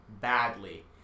badly